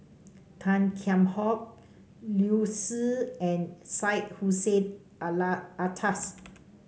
Tan Kheam Hock Liu Si and Syed Hussein Alatas